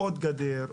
עוד גדר.